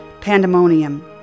pandemonium